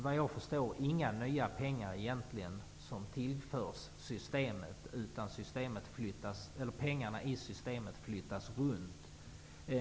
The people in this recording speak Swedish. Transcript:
Vad jag förstår, tillförs systemet egentligen inga nya pengar, utan pengarna i systemet flyttas runt.